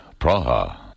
Praha